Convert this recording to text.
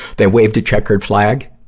the waved a checked flag.